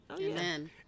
amen